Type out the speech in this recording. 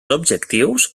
objectius